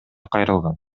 кайрылган